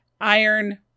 iron